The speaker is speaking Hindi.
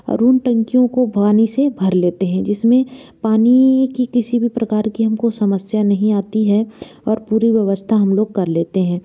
और उन टंकियों को पानी से भर लेते हैं जिसमें पानी की किसी भी प्रकार की हम को समस्या नहीं आती है और पूरी व्ययवस्था हम लोग कर लेते हैं